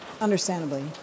Understandably